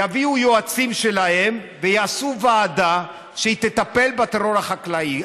יביאו יועצים שלהם ויעשו ועדה שתטפל בטרור החקלאי.